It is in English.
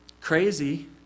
Crazy